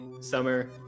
summer